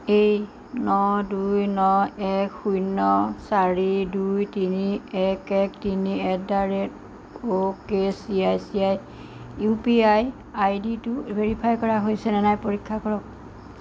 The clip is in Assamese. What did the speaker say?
এই ন দুই ন এক শূণ্য চাৰি দুই তিনি এক এক তিনি at the rate okay C I C I U P I আইডিটো ভেৰিফাই কৰা হৈছেনে নাই পৰীক্ষা কৰক